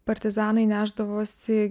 partizanai nešdavosi